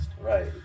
Right